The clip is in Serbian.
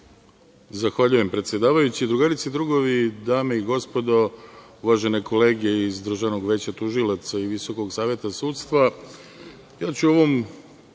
Zahvaljujem, predsedavajući. Drugarice i drugovi, dame i gospodo, uvažene kolege iz Državnog veća tužilaca i Visokog saveta sudstva,